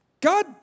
God